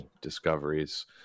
discoveries